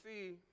see